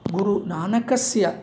गुरुनानकस्य